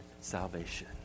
salvation